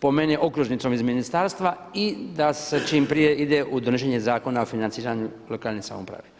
po meni okružnicom iz ministarstva i da se čim prije ide u donošenje Zakona o financiranju lokalne samouprave.